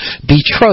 betrothed